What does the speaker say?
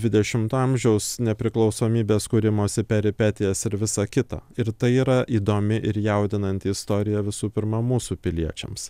dvidešimto amžiaus nepriklausomybės kūrimosi peripetijas ir visa kita ir tai yra įdomi ir jaudinanti istorija visų pirma mūsų piliečiams